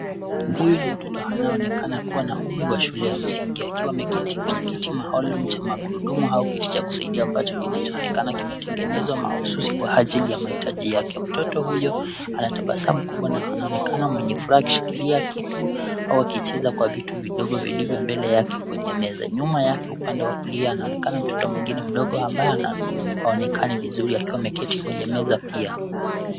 Huyu ni mtoto anayeonekana kuwa na wa umri wa shule ya msingi akiwa ameketi kimetengenezwa mahususi kwa ajili ya mahitaji yake. Mtoto huyo ana tabasamu kubwa na anaonekana mwenye furaha akishikilia kitu au akicheza kwa vitu vidogo vilivyo mbele yake kwenye meza. Nyuma yake upande wa kulia anaonekana mtoto mwingine mdogo ambaye haonekani vizuri akiwa ameketi kwenye meza pia.